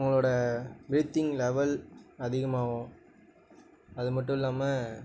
உங்களோட breathing level அதிகமாகவும் அது மட்டும் இல்லாம